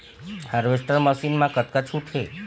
Harvester machine मा कतका छूट हे?